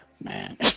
Man